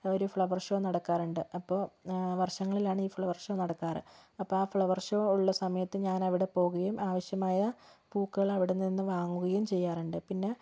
ഒരു flower show നടക്കാറുണ്ട് അപ്പോൾ വർഷങ്ങളിലാണ് ഈ ഫ്ലവർ ഷോ നടക്കാറ് അപ്പോൾ ആ ഫ്ലവർ ഷോ ഉള്ള സമയത്ത് ഞാനവിടെ പോകുകയും ആവശ്യമായ പൂക്കൾ അവിടെ നിന്നും വാങ്ങുകയും ചെയ്യാറുണ്ട് പിന്നെ